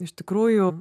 iš tikrųjų